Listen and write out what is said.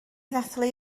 ddathlu